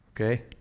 okay